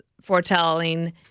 foretelling